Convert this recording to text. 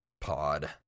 pod